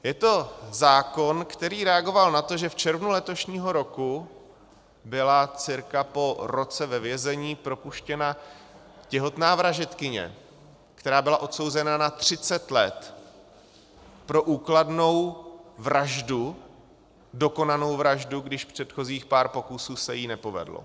Je to zákon, který reagoval na to, že v červnu letošního roku byla cca po roce ve vězení propuštěna těhotná vražedkyně, která byla odsouzena na třicet let pro úkladnou vraždu, dokonanou vraždu, když předchozích pár pokusů se jí nepovedlo.